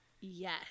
Yes